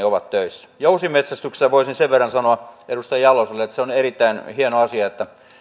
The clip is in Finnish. ovat töissä jousimetsästyksestä voisin sen verran sanoa edustaja jaloselle että se on erittäin hieno asia että